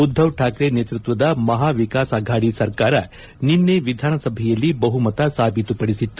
ಉದ್ದವ್ ಠಾಕ್ರೆ ನೇತೃತ್ವದ ಮಹಾ ವಿಕಾಸ್ ಅಫಾಡಿ ಸರ್ಕಾರ ನಿನ್ನೆ ವಿಧಾನಸಭೆಯಲ್ಲಿ ಬಹುಮತ ಸಾಬೀತು ಪಡಿಸಿತ್ತು